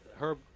Herb